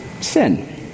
Sin